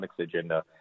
agenda